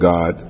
God